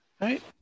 right